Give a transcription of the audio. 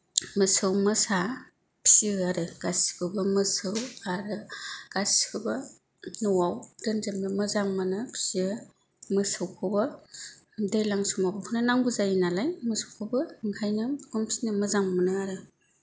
मोसौ मोसा फिसियो आरो गासैखौबो मोसौ आरो गासैखौबो न'आव दोनजोबनो मोजां मोनो फिसियो मोसौखौबो दैज्लां समाव होनो नांगौ जायो नालाय मोसौखौबो ओंखायनो आं फिनो मोजां मोनो आरो